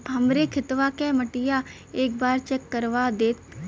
हमरे खेतवा क मटीया एक बार चेक करवा देत?